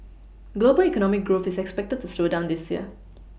global economic growth is expected to slow down this year